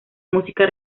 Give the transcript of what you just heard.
música